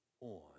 on